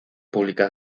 públicas